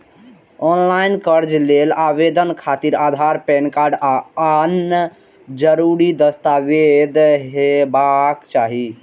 ऑनलॉन कर्ज लेल आवेदन खातिर आधार, पैन कार्ड आ आन जरूरी दस्तावेज हेबाक चाही